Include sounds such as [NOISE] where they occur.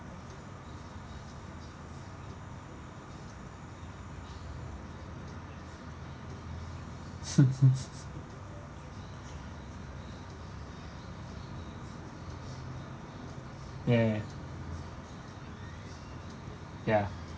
[LAUGHS] ya ya ya